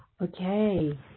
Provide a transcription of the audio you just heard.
Okay